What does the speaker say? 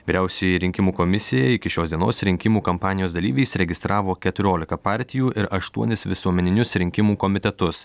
vyriausioji rinkimų komisija iki šios dienos rinkimų kampanijos dalyviais įregistravo keturiolika partijų ir aštuonis visuomeninius rinkimų komitetus